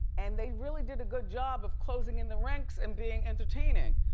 and they really did a good job of closing in the ranks and being entertaining.